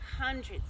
hundreds